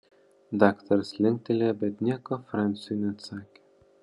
daktaras linktelėjo bet nieko franciui neatsakė